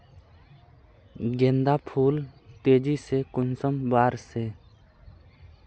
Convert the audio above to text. गेंदा फुल तेजी से कुंसम बार से?